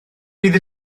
bydd